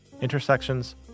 Intersections